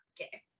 okay